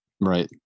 right